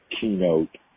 keynote